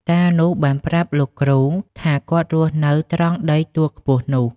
តានោះបានប្រាប់លោកគ្រូថាគាត់រស់នៅត្រង់ដីទួលខ្ពស់នោះ ។